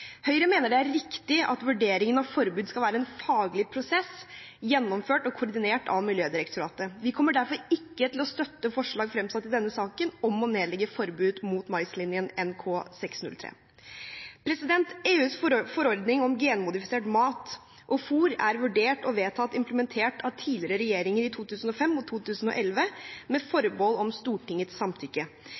Høyre mener det er riktig at vurderingen av forbud skal være en faglig prosess, gjennomført og koordinert av Miljødirektoratet. Vi kommer derfor ikke til å støtte forslag fremsatt i denne saken om å nedlegge forbud mot maislinjen NK603. EUs forordning om genmodifisert mat og fôr er vurdert og vedtatt implementert av tidligere regjeringer i 2005 og 2011 med forbehold om Stortingets samtykke.